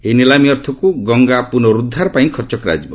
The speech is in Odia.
ଏହି ନିଲାମି ଅର୍ଥକୁ ଗଙ୍ଗା ପୁନରୁଦ୍ଧାର ପାଇଁ ଖର୍ଚ୍ଚ କରାଯିବ